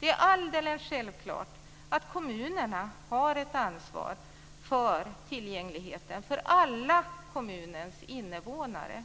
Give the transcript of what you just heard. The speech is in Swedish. Det är alldeles självklart att kommunerna har ett ansvar för tillgängligheten för alla kommunens invånare.